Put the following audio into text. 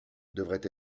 devrait